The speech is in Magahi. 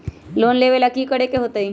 लोन लेवेला की करेके होतई?